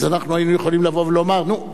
אז אנחנו היינו יכולים לבוא ולומר: נו,